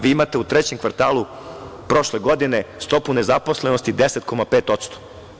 Vi imate u trećem kvartalu prošle godine, stopu nezaposlenosti 10,5%